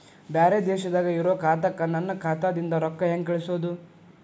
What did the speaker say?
ಬ್ಯಾರೆ ದೇಶದಾಗ ಇರೋ ಖಾತಾಕ್ಕ ನನ್ನ ಖಾತಾದಿಂದ ರೊಕ್ಕ ಹೆಂಗ್ ಕಳಸೋದು?